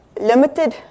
Limited